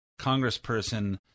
congressperson